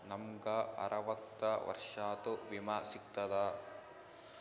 ನಮ್ ಗ ಅರವತ್ತ ವರ್ಷಾತು ವಿಮಾ ಸಿಗ್ತದಾ?